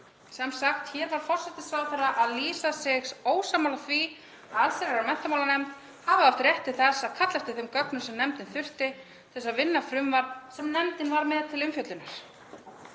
Sem sagt, hér var forsætisráðherra að lýsa sig ósammála því að allsherjar- og menntamálanefnd hafi átt rétt til þess að kalla eftir þeim gögnum sem nefndin þurfti til að vinna frumvarp sem hún var með til umfjöllunar.